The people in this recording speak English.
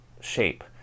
shape